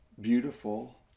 beautiful